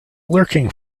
lurking